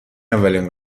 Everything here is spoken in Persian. اولین